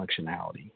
functionality